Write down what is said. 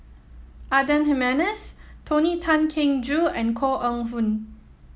Adan Jimenez Tony Tan Keng Joo and Koh Eng Hoon